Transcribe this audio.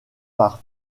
par